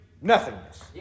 nothingness